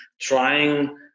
trying